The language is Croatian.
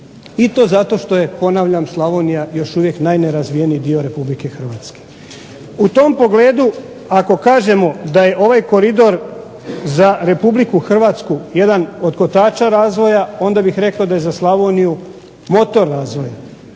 i to zato što je ponavljam Slavonija još uvijek najnerazvijeniji dio Republike Hrvatske. U tom pogledu ako kažemo da je ovaj koridor za Republiku Hrvatsku jedan od kotača razvoja, onda bih rekao da je za Slavoniju motor razvoja.